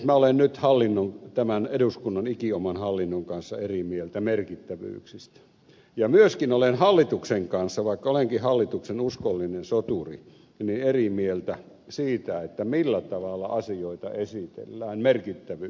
minä olen nyt hallinnon tämän eduskunnan ikioman hallinnon kanssa eri mieltä merkittävyyksistä ja myöskin olen hallituksen kanssa vaikka olenkin hallituksen uskollinen soturi eri mieltä siitä millä tavalla asioita esitellään merkittävyyksien osalta